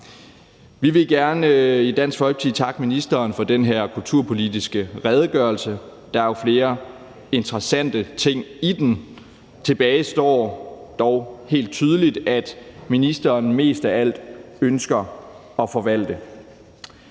Vi vil gerne i Dansk Folkeparti takke ministeren for den her kulturpolitiske redegørelse. Der er jo flere interessante ting i den. Tilbage står dog helt tydeligt, at ministeren mest af alt ønsker at forvalte.